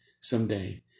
someday